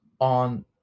on